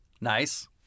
Nice